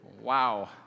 Wow